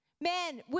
Man